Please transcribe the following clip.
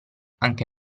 anche